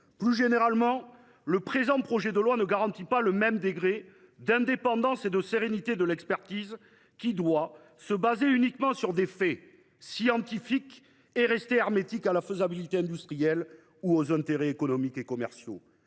Plus généralement, le présent projet de loi ne garantit pas le même degré d’indépendance et de sérénité de l’expertise. Or celle ci doit se fonder uniquement sur des faits scientifiques et rester hermétique à la faisabilité industrielle ou aux intérêts économiques et commerciaux.